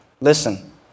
Listen